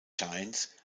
giants